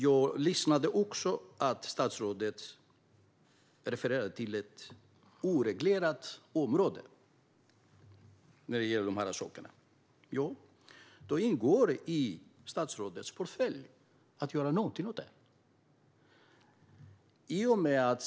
Jag hörde också att statsrådet refererade till ett oreglerat område när det gäller dessa saker. Då ingår det i statsrådets portfölj att göra någonting åt det.